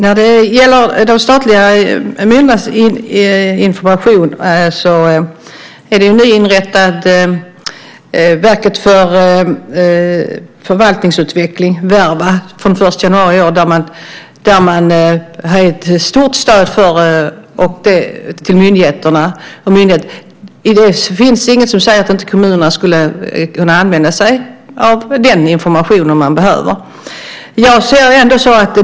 Fru talman! När det gäller de statliga myndigheternas information så finns det nyinrättade Verket för förvaltningsutveckling, Verva, från den 1 januari i år. Verket är ett stort stöd för myndigheterna. Det finns inget som säger att kommunerna inte skulle kunna använda sig av den informationen om man behöver det.